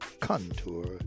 Contour